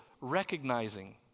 recognizing